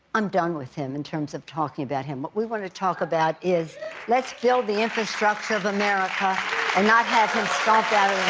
i'm done with him in terms of talking about him. what we want to talk about is let's build the infrastructure of america and not have him stomp out